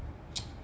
<n